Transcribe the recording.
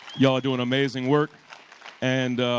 y'all are doing amazing work and